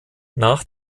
nach